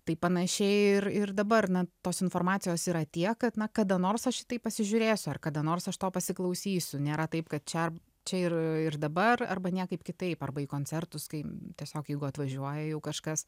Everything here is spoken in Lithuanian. tai panašiai ir ir dabar na tos informacijos yra tiek kad na kada nors aš šitaip pasižiūrėsiu ar kada nors aš to pasiklausysiu nėra taip kad čia čia ir ir dabar arba niekaip kitaip arba į koncertus kai tiesiog jeigu atvažiuoja jau kažkas